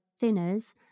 thinners